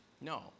No